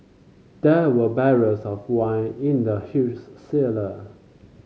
there were barrels of wine in the huge cellar